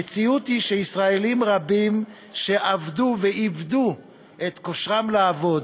המציאות היא שישראלים רבים שעבדו ואיבדו את כושרם לעבוד,